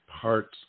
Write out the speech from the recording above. parts